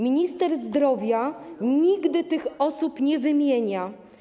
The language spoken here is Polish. Minister zdrowia nigdy tych osób nie wymienia.